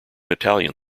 italian